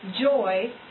joy